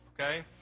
okay